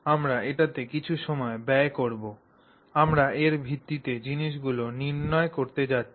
আমরা এটিতে কিছু সময় ব্যয় করব আমরা এর ভিত্তিতে জিনিসগুলি নির্ণয় করতে যাচ্ছি